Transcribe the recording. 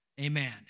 amen